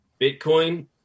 Bitcoin